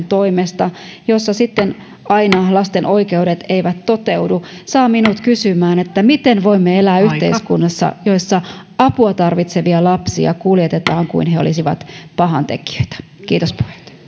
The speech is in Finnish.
toimesta joissa sitten aina lasten oikeudet eivät toteudu saa minut kysymään miten voimme elää yhteiskunnassa jossa apua tarvitsevia lapsia kuljetetaan kuin he olisivat pahantekijöitä kiitos